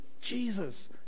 Jesus